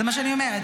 זה מה שאני אומרת.